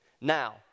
Now